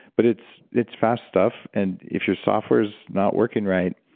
but it's it's fast stuff. and if your software's not working right,